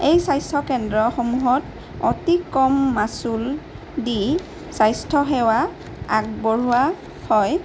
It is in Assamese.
এই স্বাস্থ্য কেন্দ্ৰসমূহত অতি কম মাচুল দি স্বাস্থ্যসেৱা আগবঢ়োৱা হয়